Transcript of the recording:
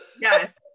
Yes